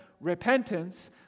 repentance